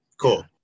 cool